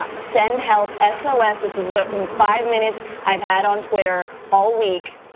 um send help, s o s, this is the five minutes i've had on twitter all week.